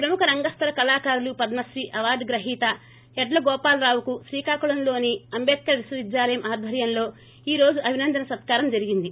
ప్రముఖ రంగస్దల కళాకారులు పద్మశ్రీ అవార్డు గ్రహీత యడ్ల గోపాలరావుకు శ్రీకాకుళంలోని అంబేద్కర్ విశ్వవిద్యాలయం ఆధ్వర్యంలో ఈ రోజు అభినందన సత్కారం జరిగింది